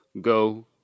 Go